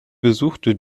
besuchte